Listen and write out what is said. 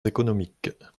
économiques